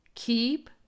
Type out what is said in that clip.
Keep